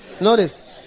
Notice